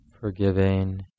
forgiving